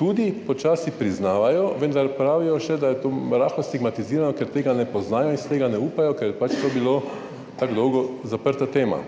tudi počasi, priznavajo, vendar pravijo še, da je to rahlo stigmatizirano, ker tega ne poznajo in si tega ne upajo, ker je pač to bilo tako dolgo zaprta tema.